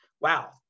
wow